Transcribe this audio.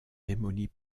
démolies